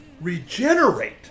regenerate